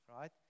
right